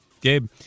Gabe